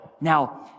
Now